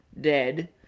dead